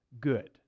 good